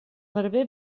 barber